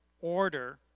order